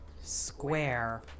square